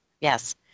Yes